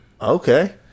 Okay